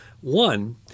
One